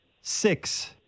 six